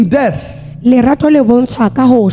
death